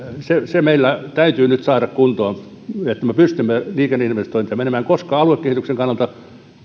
se se meillä täytyy nyt saada kuntoon että me pystymme liikenneinvestointeihin menemään koska aluekehityksen kannalta